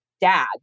dad